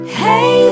hey